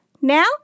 Now